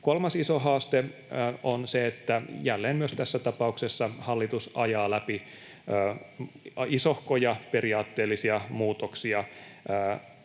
Kolmas iso haaste sitten on se, että jälleen myös tässä tapauksessa hallitus ajaa läpi isohkoja periaatteellisia muutoksia